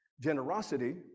Generosity